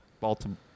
Baltimore